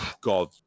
God